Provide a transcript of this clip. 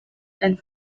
and